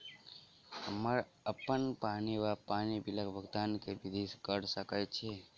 हम्मर अप्पन पानि वा पानि बिलक भुगतान केँ विधि कऽ सकय छी?